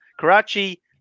Karachi